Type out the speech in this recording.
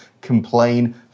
Complain